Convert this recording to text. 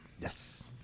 Yes